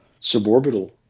suborbital